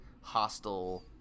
hostile